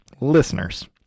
listeners